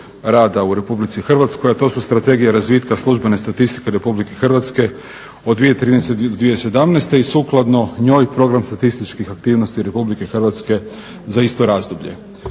rada u Republici Hrvatskoj, a to su Strategija razvitka službene statistike Republike Hrvatske od 2013. do 2017. i sukladno njoj program statističkih aktivnosti Republike Hrvatske za isto razdoblje.